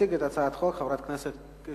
תציג את הצעת החוק חברת הכנסת קירשנבאום.